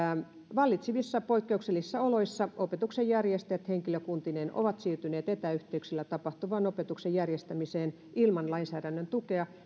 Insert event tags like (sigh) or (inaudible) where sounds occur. vallitsevissa poikkeuksellisissa oloissa opetuksen järjestäjät henkilökuntineen ovat siirtyneet etäyhteyksillä tapahtuvaan opetuksen järjestämiseen ilman lainsäädännön tukea (unintelligible)